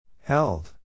Held